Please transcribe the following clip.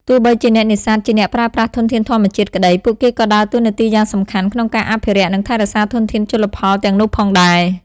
ទោះបីជាអ្នកនេសាទជាអ្នកប្រើប្រាស់ធនធានធម្មជាតិក្តី ពួកគេក៏ដើរតួនាទីយ៉ាងសំខាន់ក្នុងការអភិរក្ស និងថែរក្សាធនធានជលផលទាំងនោះផងដែរ។